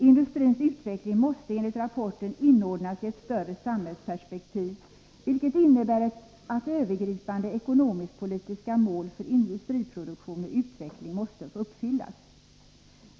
Industrins utveckling måste enligt rapporten inordnas i ett större samhällsperspektiv, vilket innebär att övergripande ekonomisk-politiska mål för industriproduktion och utveckling måste uppfyllas.